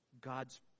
God's